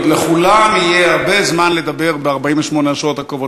לכולם יהיה הרבה זמן לדבר ב-48 השעות הקרובות.